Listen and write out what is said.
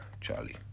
charlie